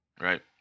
right